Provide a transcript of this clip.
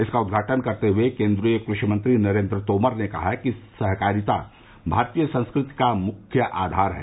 इसका उद्घाटन करते हुए कृषि मंत्री नरेन्द्र सिंह तोमर ने कहा कि सहकारिता भारतीय संस्कृति का मुख्य आधार है